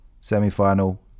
semi-final